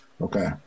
okay